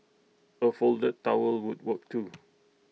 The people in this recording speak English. A folded towel would work too